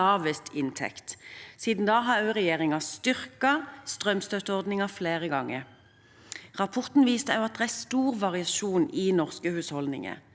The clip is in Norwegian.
lavest inntekt. Siden da har også regjeringen styrket strømstøtteordningen flere ganger. Rapporten viste også at det er stor variasjon i norske husholdninger.